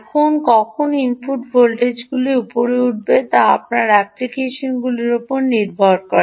এখন কখন ইনপুট ভোল্টেজগুলি উপরে উঠবে তা আপনার অ্যাপ্লিকেশনটির উপর নির্ভর করে